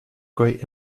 great